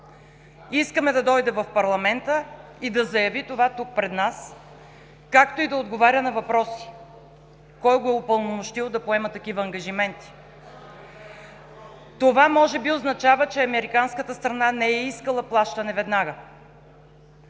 Искаме да дойде в парламента и да заяви това тук, пред нас, както и да отговори на въпроса: кой го е упълномощил да поема такива ангажименти? Това може би означава, че американската страна не е искала плащане веднага.